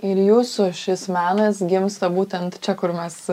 ir jūsų šis menas gimsta būtent čia kur mes